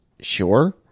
Sure